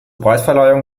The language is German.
preisverleihung